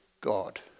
God